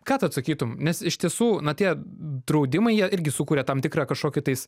ką tu atsakytum nes iš tiesų na tie draudimai jie irgi sukuria tam tikrą kažkokį tais